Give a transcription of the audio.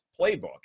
playbook